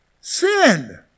Sin